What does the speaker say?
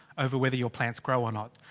over whether your plants grow or not.